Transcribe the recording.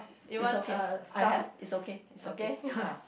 it's okay I have it's okay it's okay ah